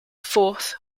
fourth